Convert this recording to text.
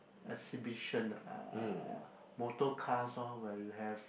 exhibition ah motorcars lor where you have